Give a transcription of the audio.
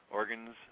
organs